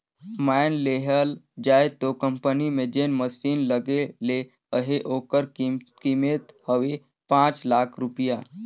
माएन लेहल जाए ओ कंपनी में जेन मसीन लगे ले अहे ओकर कीमेत हवे पाच लाख रूपिया